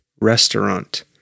restaurant